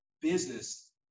business